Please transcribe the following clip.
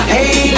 Hey